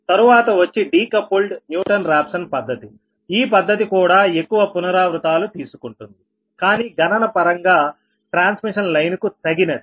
తరువాత వచ్చి decoupled Newton Raphson పద్ధతిఈ పద్ధతి కూడా ఎక్కువ పునరావృతాలు తీసుకుంటుందికానీ గణన పరంగా ట్రాన్స్మిషన్ లైన్ కు తగినది